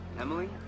Emily